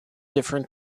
different